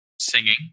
singing